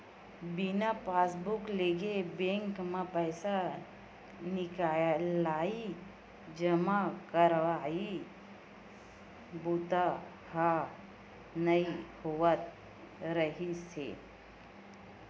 बिना पासबूक लेगे बेंक म पइसा निकलई, जमा करई बूता ह नइ होवत रिहिस हे